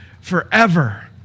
forever